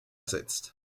ersetzt